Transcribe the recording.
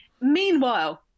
Meanwhile